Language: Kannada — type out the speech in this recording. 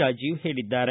ರಾಜೀವ್ ಹೇಳಿದ್ದಾರೆ